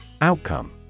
Outcome